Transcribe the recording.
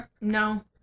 No